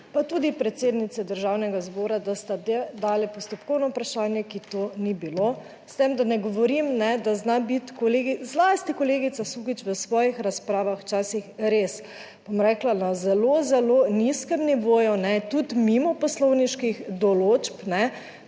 pa tudi predsednici Državnega zbora, da sta dali postopkovno vprašanje, ki to ni bilo, s tem, da ne govorim, da zna biti, kolegi..., zlasti kolegica Sukič, v svojih razpravah včasih res, bom rekla, na zelo, zelo nizkem nivoju, tudi mimo poslovniških določb,